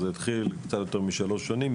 זה התחיל לפני קצת יותר משלוש שנים,